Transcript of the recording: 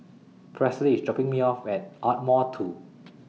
Presley IS dropping Me off At Ardmore two